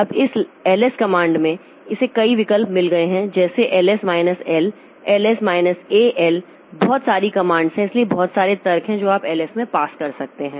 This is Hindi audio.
अब इस ls कमांड में इसे कई विकल्प मिल गए हैं जैसे ls minus l l s minus al बहुत सारी कमांड्स हैं इसलिए बहुत सारे तर्क हैं जो आप ls में पास कर सकते हैं